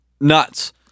nuts